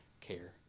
care